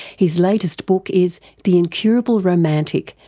his latest book is the incurable romantic,